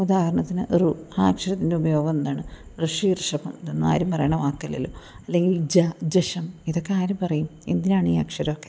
ഉദാഹരണത്തിന് ഒരു ആക്ഷരത്തിൻ്റെ ഉപയോഗം എന്താണ് ഋഷി ഋഷഭം ഇതൊന്നും ആരും പറയണ വാക്കലല്ലോ അല്ലെങ്കിൽ ജ ജഷം ഇതൊക്കെ ആരു പറയും എന്തിനാണ് ഈ അക്ഷരമൊക്കെ